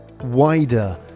wider